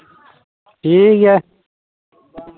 ᱴᱷᱤᱠ ᱜᱮᱭᱟ